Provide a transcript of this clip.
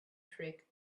trick